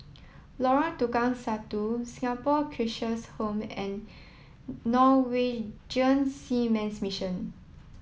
Lorong Tukang Satu Singapore Cheshire Home and Norwegian Seamen's Mission